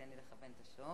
תן לי לכוון את השעון.